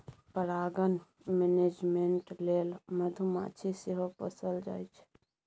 परागण मेनेजमेन्ट लेल मधुमाछी सेहो पोसल जाइ छै